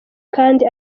kandi